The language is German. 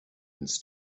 ins